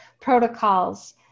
protocols